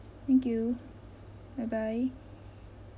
thank you bye bye